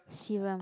serum